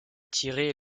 tirer